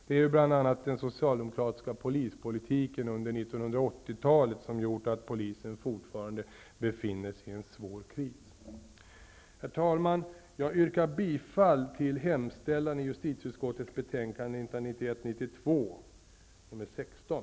Det är bl.a. den socialdemokratiska polispolitiken under 1980-talet som gjort att polisen fortfarande befinner sig i en svår kris. Herr talman! Jag yrkar bifall till hemställan i justitieutskottets betänkande 1991/92:JuU16.